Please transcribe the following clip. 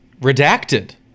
redacted